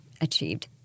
achieved